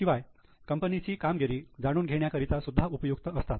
शिवाय कंपनीची कामगिरी जाणून घेण्याकरिता सुद्धा उपयुक्त असतात